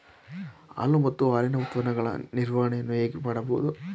ಹಾಲು ಮತ್ತು ಹಾಲಿನ ಉತ್ಪನ್ನಗಳ ನಿರ್ವಹಣೆಯನ್ನು ಹೇಗೆ ಮಾಡಬಹುದು?